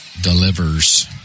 Delivers